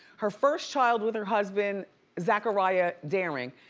her first child with her husband zachariah darring.